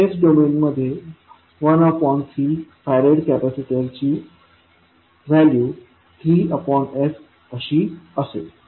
s डोमेनमध्ये 13 farad कॅपॅसिटरची value 3s अशी असेल